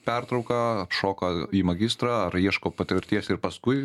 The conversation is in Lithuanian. pertrauką šoką į magistrą ar ieško patirties ir paskui